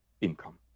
income